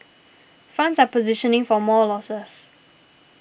funds are positioning for more losses